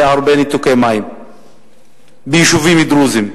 היו הרבה ניתוקי מים ביישובים דרוזיים,